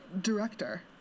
Director